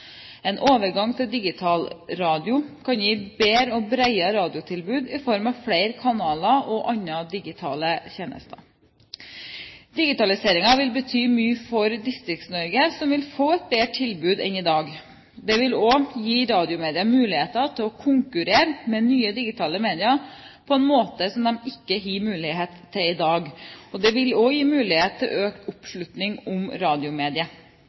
En overgang til digital radio kan gi bedre og bredere radiotilbud i form av flere kanaler og andre digitale tjenester. Digitaliseringen vil bety mye for Distrikts-Norge, som vil få et bedre tilbud enn i dag. Det vil gi radiomediet muligheter til å konkurrere med nye digitale medier på en måte som de ikke har mulighet til i dag. Det vil også gi mulighet til økt oppslutning om